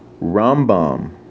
Rambam